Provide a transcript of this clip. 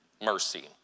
mercy